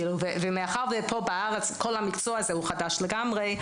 מאחר ופה בארץ כל המקצוע הזה הוא חדש לגמרי,